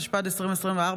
התשפ"ד 2024,